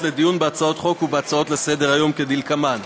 לדיון בהצעות חוק ובהצעות לסדר-היום כדלקמן: